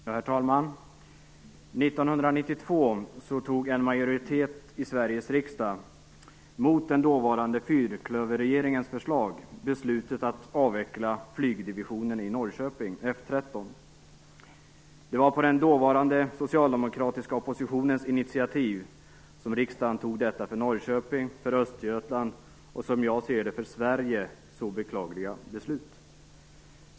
Herr talman! År 1992 tog en majoritet i Sveriges riksdag, mot den dåvarande fyrklöverregeringens förslag, beslutet att avveckla flygdivisionen i Norrköping, F 13. Det var på den dåvarande socialdemokratiska oppositionens initiativ som riksdagen tog detta för Norrköping, för Östergötland och, som jag ser det, för Sverige så beklagliga beslut.